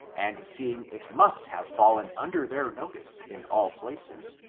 and seeing it must have fallen under their notice in all places,